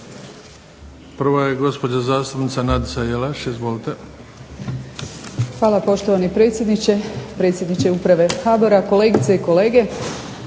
Hvala.